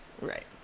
Right